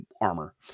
armor